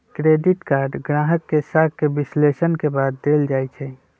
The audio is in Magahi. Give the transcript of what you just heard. क्रेडिट कार्ड गाहक के साख के विश्लेषण के बाद देल जाइ छइ